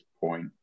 point